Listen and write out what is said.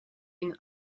une